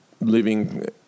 living